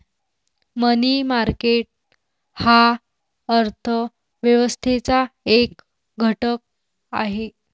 मनी market हा अर्थ व्यवस्थेचा एक घटक आहे